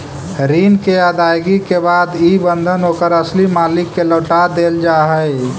ऋण के अदायगी के बाद इ बंधन ओकर असली मालिक के लौटा देल जा हई